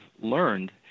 learned